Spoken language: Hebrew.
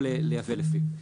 ויכול לייבא לפיו.